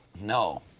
No